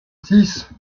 six